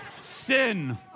Sin